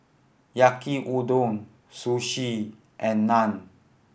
Yaki Udon Sushi and Naan